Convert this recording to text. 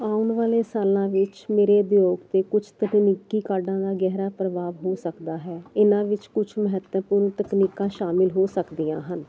ਆਉਣ ਵਾਲੇ ਸਾਲਾਂ ਵਿੱਚ ਮੇਰੇ ਉਦਯੋਗ ਤੇ ਕੁਛ ਤਕਨੀਕੀ ਕਾਡਾਂ ਦਾ ਗਹਿਰਾ ਪ੍ਰਭਾਵ ਹੋ ਸਕਦਾ ਹੈ ਇਹਨਾਂ ਵਿੱਚ ਕੁਝ ਮਹੱਤਵਪੂਰਨ ਤਕਨੀਕਾਂ ਸ਼ਾਮਿਲ ਹੋ ਸਕਦੀਆਂ ਹਨ